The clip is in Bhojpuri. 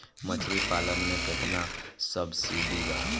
मछली पालन मे केतना सबसिडी बा?